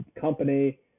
company